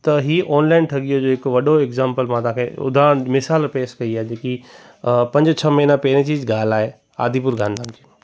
त ही ऑनलाइन ठगीअ जो हिकु वॾो इग्ज़ाम्पल मां तव्हांखे उदारण मिसाल पेस कई आहे जेकी पंज छह महीना पहिरियों जी जि ॻाल्हि आहे आदिपुर गांधीधाम जी